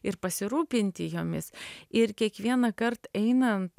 ir pasirūpinti jomis ir kiekvienąkart einant